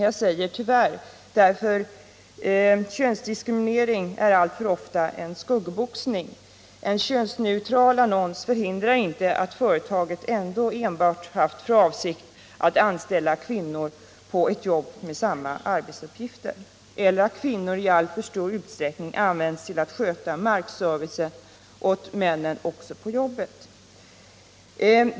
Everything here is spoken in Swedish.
Jag säger tyvärr, därför att könsdiskriminering alltför ofta är en skuggboxning. En könsneutral annons förhindrar inte att företaget har för avsikt att enbart anställa kvinnor på ett jobb med samma arbetsuppgifter eller att kvinnor i alltför stor utsträckning används till att sköta markservice åt männen också på jobbet.